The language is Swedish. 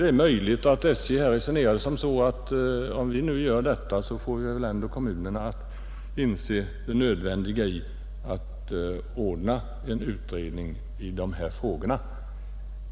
Det är möjligt att SJ har resonerat så, att ”om vi gör detta får vi väl ändå kommunerna att inse det nödvändiga i att ordna en utredning i de här frågorna”.